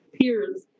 peers